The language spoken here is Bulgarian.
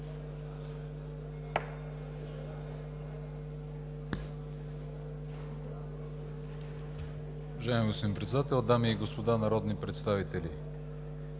Уважаема госпожо Председател, дами и господа народни представители,